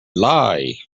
lie